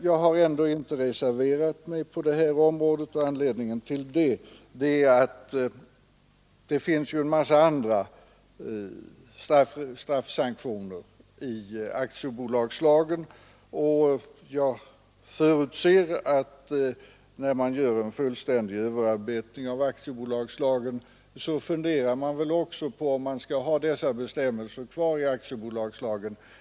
Jag har ändå inte reserverat mig på detta område, och anledningen till det är att det finns en massa andra straffsanktioner enligt aktiebolagslagen. Jag förutsätter att när man gör en fullständig överarbetning av aktiebolagslagen så funderar man också på om man skall ha dessa bestämmelser kvar i aktiebolagslagen.